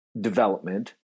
development